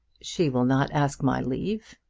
she will not ask my leave,